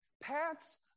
Paths